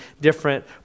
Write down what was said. different